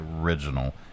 original